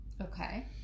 okay